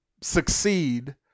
succeed